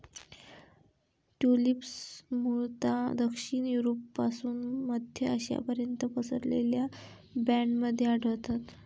tulips मूळतः दक्षिण युरोपपासून मध्य आशियापर्यंत पसरलेल्या बँडमध्ये आढळतात